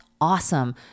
awesome